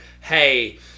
hey